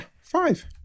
five